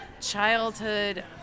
childhood